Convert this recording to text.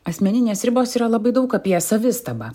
asmeninės ribos yra labai daug apie savistabą